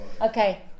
Okay